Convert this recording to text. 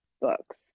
books